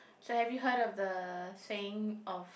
so have you heard of the saying of